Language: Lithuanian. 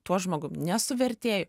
tuo žmogum ne su vertėju